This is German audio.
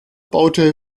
baute